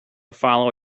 follow